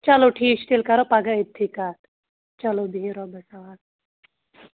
چلو ٹھیٖک چھُ تیٚلہِ کَررو پگاہ أتھٕے کَتھ چلو بِہِو رۄبَس حوال